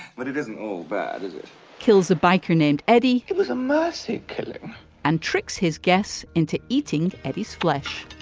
but it isn't all bad it it kills a biker named eddie. it was a mercy killing and tricks his guests into eating eddie's flesh.